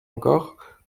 encore